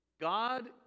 God